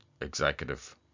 executive